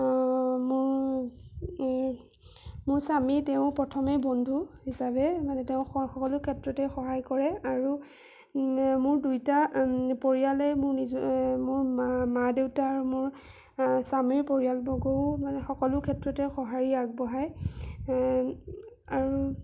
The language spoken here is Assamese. মোৰ মোৰ স্বামী তেওঁ প্ৰথমেই বন্ধু হিচাপে মানে তেওঁ স সকলো ক্ষেত্ৰতে সহায় কৰে আৰু মোৰ দুইটা পৰিয়ালেই মোৰ নিজ মোৰ মা মা দেউতা আৰু মোৰ স্বামীৰ পৰিয়ালবৰ্গও মানে সকলো ক্ষেত্ৰতে সহাঁৰি আগবঢ়ায় আৰু